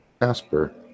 Asper